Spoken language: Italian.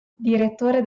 direttore